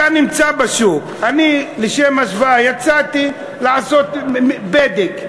אתה נמצא בשוק, אני, לשם השוואה, יצאתי לעשות בדק,